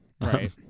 Right